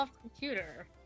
computer